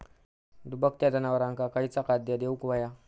दुभत्या जनावरांका खयचा खाद्य देऊक व्हया?